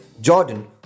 Jordan